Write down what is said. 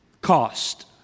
cost